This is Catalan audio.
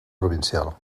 provincial